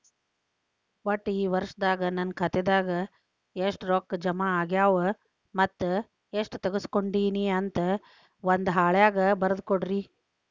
ಒಟ್ಟ ಈ ವರ್ಷದಾಗ ನನ್ನ ಖಾತೆದಾಗ ಎಷ್ಟ ರೊಕ್ಕ ಜಮಾ ಆಗ್ಯಾವ ಮತ್ತ ಎಷ್ಟ ತಗಸ್ಕೊಂಡೇನಿ ಅಂತ ಒಂದ್ ಹಾಳ್ಯಾಗ ಬರದ ಕೊಡ್ರಿ